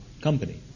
company